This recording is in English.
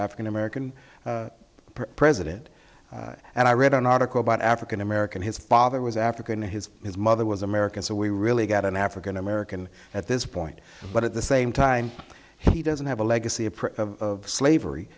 african american president and i read an article about african american his father was african his his mother was american so we really got an african american at this point but at the same time he doesn't have a legacy of slavery